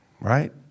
right